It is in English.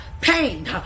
pain